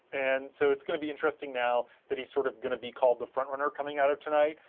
and so, it's going to be interesting now that he's sort of going to be called the front runner coming out of tonight.